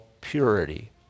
purity